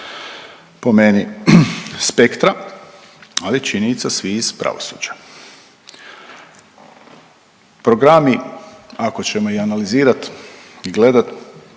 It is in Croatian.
po meni spektra, ali je činjenica svi iz pravosuđa. Programi ako ćemo ih analizirat i gledat,